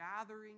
gathering